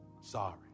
Sorry